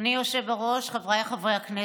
אדוני היושב-ראש, חבריי חברי הכנסת,